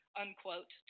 unquote